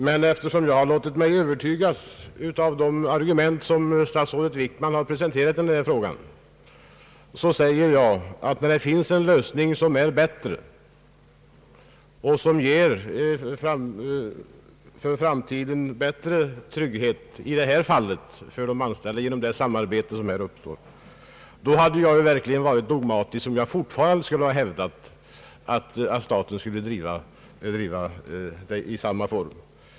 Men eftersom jag har låtit mig övertygas av de argument som statsrådet Wickman har presenterat i denna fråga, säger jag nu att när det finns en lösning som är bättre och ger de anställda större trygghet för framtiden genom det samarbete som kommer till stånd, då hade det verkligen varit dogmatiskt, om jag fortfarande skulle ha hävdat att staten skulle driva företaget i samma form.